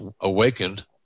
awakened